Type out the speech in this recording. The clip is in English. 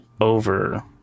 over